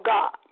God